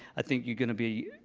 i think you're going to be